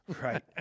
Right